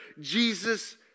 Jesus